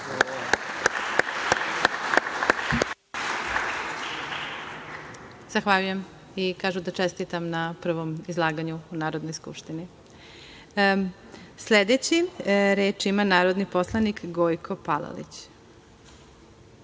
Zahvaljujem i čestitam na prvom izlaganju u Narodnoj skupštini. Reč ima narodni poslanik Gojko Palalić.